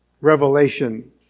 Revelation